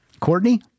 Courtney